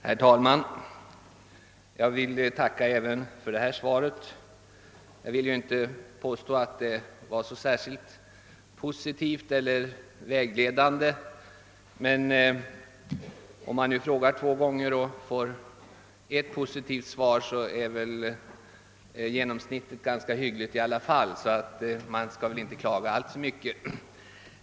Herr talman! Jag ber att få tacka även för detta svar. Jag vill inte påstå att svaret var särskilt positivt eller vägledande, men när jag nu har ställt två frågor och fått ett positivt svar av två är ju genomsnittet ändå ganska hyggligt, och jag skall därför inte klaga.